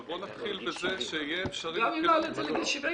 אבל בוא נתחיל בזה שיהיה אפשרי --- גם אם הוא יעלה את זה לגיל 70,